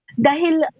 Dahil